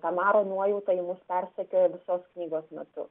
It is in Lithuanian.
ta maro nuojautai mus persekioja visos knygos metu